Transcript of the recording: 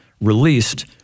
released